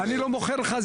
אני לא מוכר לך.